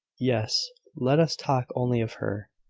yes let us talk only of her,